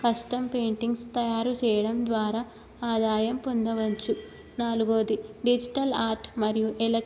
custom paintings తయారు చెయ్యడం ద్వారా ఆదాయం పొందవచ్చు నాలుగవది డిజిటల్ ఆర్ట్ మరియు ఎల